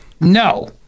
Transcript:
No